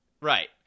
Right